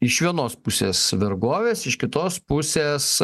iš vienos pusės vergovės iš kitos pusės